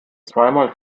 zweimal